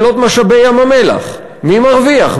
שאלות משאבי ים-המלח, מי מרוויח?